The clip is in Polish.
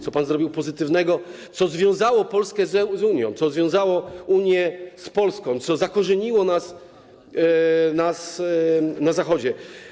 Co pan zrobił pozytywnego, co związało Polskę z Unią, co związało Unię z Polską, co zakorzeniło nas na Zachodzie?